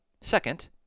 second